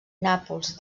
nàpols